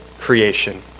creation